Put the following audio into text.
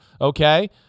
okay